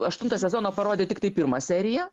aštunto sezono parodė tiktai pirmą seriją